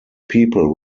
people